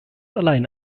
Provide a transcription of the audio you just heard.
allein